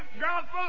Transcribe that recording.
gospel